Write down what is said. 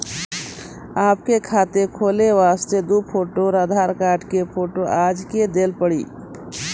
आपके खाते खोले वास्ते दु फोटो और आधार कार्ड के फोटो आजे के देल पड़ी?